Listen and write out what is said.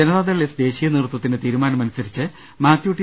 Janata Dal S ദേശീയ നേതൃ ത്വത്തിന്റെ തീരുമാനമനുസരിച്ച് Mathew T